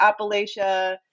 Appalachia